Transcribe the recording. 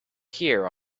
here